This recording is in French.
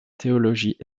théologie